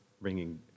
bringing